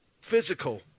physical